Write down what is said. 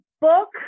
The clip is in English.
book